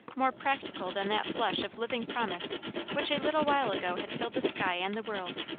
more practical than that flush of living promise which a little while ago had filled the sky and the world.